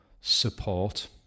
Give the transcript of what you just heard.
support